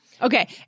Okay